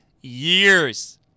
years